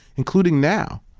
including now.